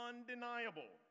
undeniable